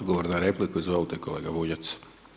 Odgovor na repliku izvolite kolega Bunjac.